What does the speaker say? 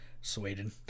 Sweden